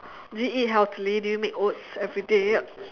do you eat healthily do you make oats everyday